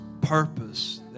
purpose